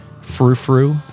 frou-frou